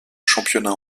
championnat